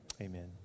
Amen